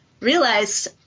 realized